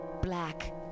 black